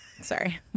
Sorry